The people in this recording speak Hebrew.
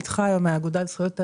אני מהאגודה לזכויות האזרח.